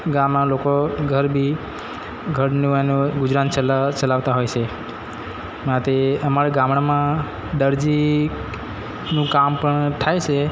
ગામડાનાં લોકો ઘર બી ઘરનું એનું ગુજરાન ચલાવતા હોય છે માટે અમારા ગામડામાં દરજી નું કામ પણ થાય છે